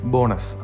Bonus